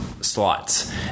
slots